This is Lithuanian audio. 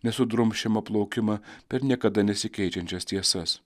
nesudrumsčiamą plaukimą per niekada nesikeičiančias tiesas